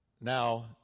Now